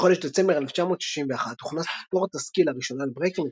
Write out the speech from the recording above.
בחודש דצמבר 1961 הוכנס ספורט הסקי לראשונה לברקנרידג'